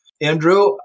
Andrew